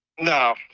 No